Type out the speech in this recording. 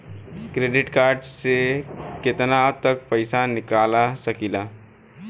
Credit card से केतना तक पइसा निकाल सकिले?